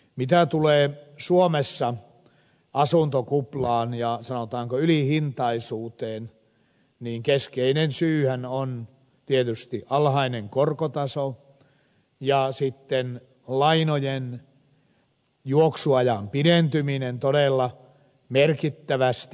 mitä tulee suomessa asuntokuplaan ja sanotaanko ylihintaisuuteen niin keskeinen syyhän on tietysti alhainen korkotaso ja sitten lainojen juoksuajan pidentyminen todella merkittävästi